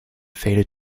faded